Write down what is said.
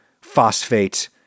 phosphate